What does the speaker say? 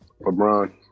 LeBron